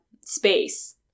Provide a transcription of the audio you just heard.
space